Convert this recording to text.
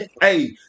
Hey